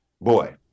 boy